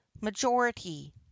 majority